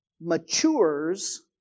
matures